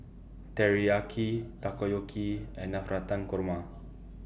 Teriyaki Takoyaki and Navratan Korma